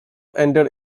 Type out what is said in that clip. ended